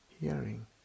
hearing